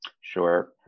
Sure